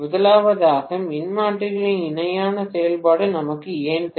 முதலாவதாக மின்மாற்றிகளின் இணையான செயல்பாடு நமக்கு ஏன் தேவை